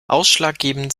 ausschlaggebend